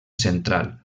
central